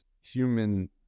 human